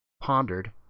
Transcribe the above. pondered